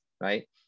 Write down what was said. right